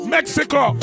Mexico